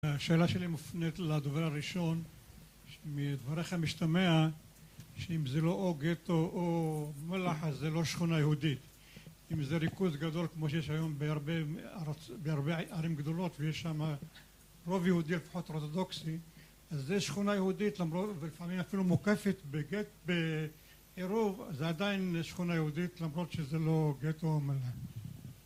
השאלה שלי מופנית לדובר הראשון מדבריך משתמע שאם זה לא או גטו או מלאן אז זה לא שכונה יהודית אם זה ריכוז גדול כמו שיש היום בהרבה ערים גדולות ויש שם רוב יהודי לפחות אורתודוקסי אז זו שכונה יהודית לפעמים אפילו מוקפת בגט בעירוב זה עדיין שכונה יהודית למרות שזה לא גטו או מלאן